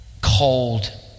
cold